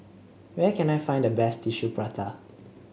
where can I find the best Tissue Prata